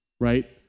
right